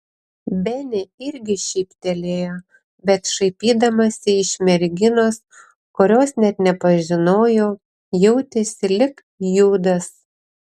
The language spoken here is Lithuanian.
benė irgi šyptelėjo bet šaipydamasi iš merginos kurios net nepažinojo jautėsi lyg judas